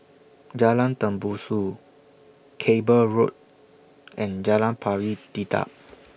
Jalan Tembusu Cable Road and Jalan Pari Dedap